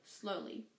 slowly